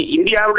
India